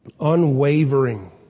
unwavering